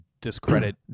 discredit